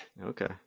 okay